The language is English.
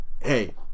hey